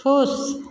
खुश